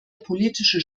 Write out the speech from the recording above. politische